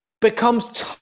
becomes